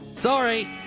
Sorry